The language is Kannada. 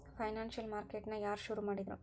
ಫೈನಾನ್ಸಿಯಲ್ ಮಾರ್ಕೇಟ್ ನ ಯಾರ್ ಶುರುಮಾಡಿದ್ರು?